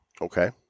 Okay